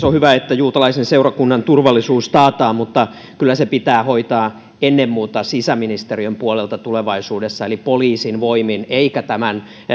on hyvä että juutalaisen seurakunnan turvallisuus taataan mutta kyllä se pitää hoitaa ennen muuta sisäministeriön puolelta tulevaisuudessa eli poliisin voimin eikä